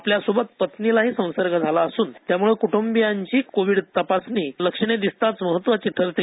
आपल्यासोबत पत्नीला ही संसर्ग झाला असून त्यामुळे कुटंबीयांची कोविड तपासणी लक्षणे दिसताच महत्वाची ठरते